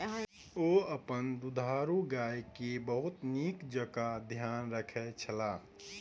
ओ अपन दुधारू गाय के बहुत नीक जेँका ध्यान रखै छला